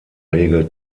regel